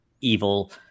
evil